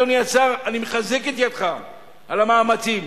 אדוני השר: אני מחזק את ידיך על המאמצים.